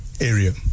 area